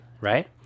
right